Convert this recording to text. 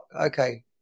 Okay